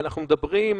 ואנחנו מדברים,